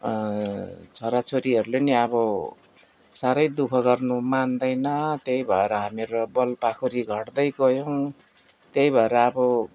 छोरा छोरीहरूले नि अब साह्रै दुःख गर्नु मान्दैन त्यही भएर हामीहरू बल पाखुरी घट्दै गयौँ त्यही भएर अब